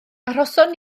arhoson